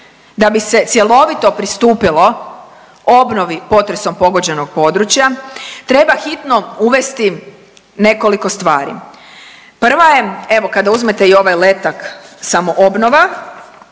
da bi se cjelovito pristupilo obnovi potresom pogođenog područja, treba hitno uvesti nekoliko stvari. Prva je, evo, kada uzmete i ovaj letak samoobnova